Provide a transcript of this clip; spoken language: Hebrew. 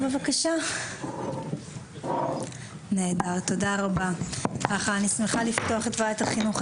אני שמחה לפתוח את ועדת החינוך,